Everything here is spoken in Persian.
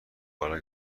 بالا